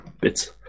bits